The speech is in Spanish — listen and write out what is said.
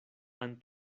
han